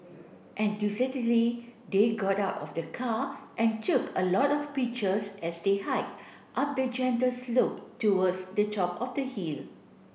they got out of the car and took a lot of pictures as they hiked up the gentle slope towards the top of the hill